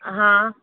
हा